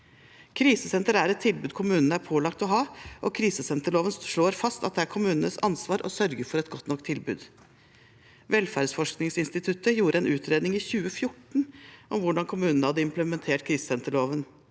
Krisesenter er et tilbud kommunene er pålagt å ha, og krisesenterloven slår fast at det er kommunenes ansvar å sørge for et godt nok tilbud. Velferdsforskningsinstituttet gjorde en utredning i 2014 om hvordan kommunene hadde implementert krisesenterloven.